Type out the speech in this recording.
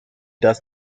does